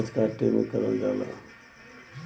अनाज काटे में करल जाला